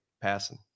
passing